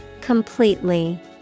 Completely